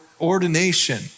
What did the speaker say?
ordination